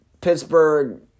Pittsburgh